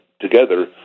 together